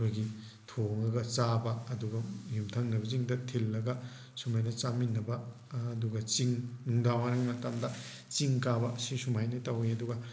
ꯑꯩꯈꯣꯏꯒꯤ ꯊꯣꯡꯉꯒ ꯆꯥꯕ ꯑꯗꯨꯒ ꯌꯨꯝꯊꯪꯅꯕꯁꯤꯡꯗ ꯊꯤꯜꯂꯒ ꯁꯨꯃꯥꯏꯅ ꯆꯥꯃꯤꯟꯅꯕ ꯑꯗꯨꯒ ꯆꯤꯡ ꯅꯨꯡꯗꯥꯡ ꯋꯥꯏꯔꯝꯒꯤ ꯃꯇꯝꯗ ꯆꯤꯡ ꯀꯥꯕ ꯁꯤ ꯁꯨꯃꯥꯏꯅ ꯇꯧꯋꯦ ꯑꯗꯨꯒ